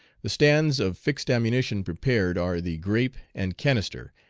the stands of fixed ammunition prepared are the grape and canister,